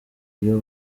iyo